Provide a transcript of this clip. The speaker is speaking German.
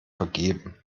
vergeben